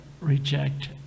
reject